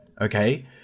okay